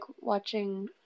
watching